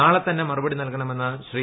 നാളെ തന്നെ മറുപടി നൽകണമെന്ന് ശ്രീ